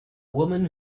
woman